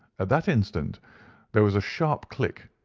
at that instant there was a sharp click,